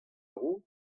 dro